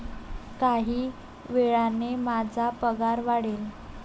काही वेळाने माझा पगार वाढेल